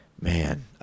Man